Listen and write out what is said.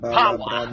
power